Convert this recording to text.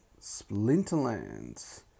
Splinterlands